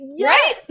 Right